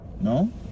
no